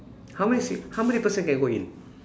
how many seat how many person can go in